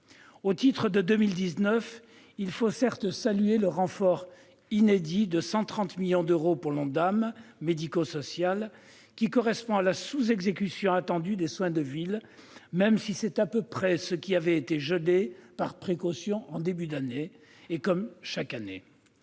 Au titre de 2019, il faut, certes, saluer le renfort inédit de 130 millions d'euros pour l'Ondam médico-social, qui correspond à la sous-exécution attendue des soins de ville, même si c'est à peu près ce qui avait été gelé par précaution en début d'année, comme chaque année.